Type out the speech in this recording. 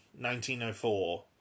1904